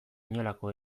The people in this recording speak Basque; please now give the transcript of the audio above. inolako